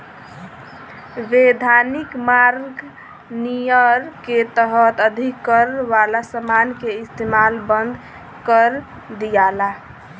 वैधानिक मार्ग नियर के तहत अधिक कर वाला समान के इस्तमाल बंद कर दियाला